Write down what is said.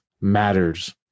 matters